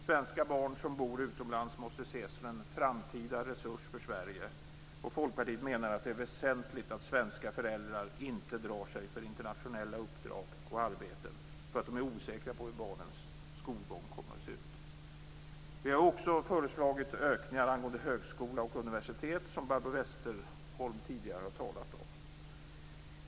Svenska barn som bor utomlands måste ses som en framtida resurs för Sverige, och Folkpartiet menar att det är väsentligt att svenska föräldrar inte drar sig för internationella uppdrag och arbeten på grund av att de är osäkra på hur barnens skolgång kommer att se ut. Vi har också föreslagit ökningar angående högskola och universitet, som Barbro Westerholm tidigare har talat om.